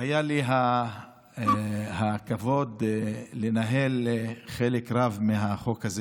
היה לי הכבוד לנהל חלק רב מהחוק הזה,